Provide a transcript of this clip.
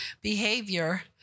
behavior